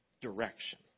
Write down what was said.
direction